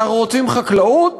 אנחנו רוצים חקלאות?